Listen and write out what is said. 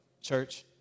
church